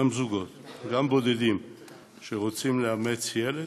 גם זוגות, גם בודדים שרוצים לאמץ ילד,